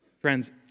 Friends